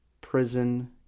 prison